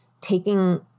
taking